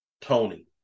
Tony